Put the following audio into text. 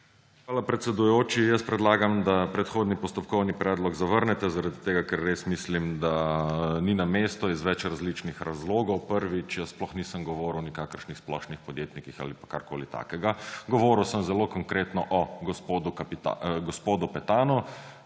Hvala, predsedujoči. Jaz predlagam, da predhodni postopkovni predlog zavrnete zaradi tega, ker res mislim, da ni na mestu iz več različnih razlogov. Prvič, jaz sploh nisem govoril o nikakršnih splošnih podjetnikih ali pa karkoli takega. Govoril sem zelo konkretno o gospodu Petanu,